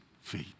feet